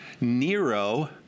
Nero